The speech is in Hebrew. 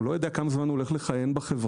לא יודע כמה זמן הוא הולך לכהן בחברה,